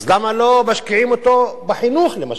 למה לא משקיעים אותו בחינוך, למשל,